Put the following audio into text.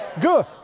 good